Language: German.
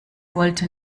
wollte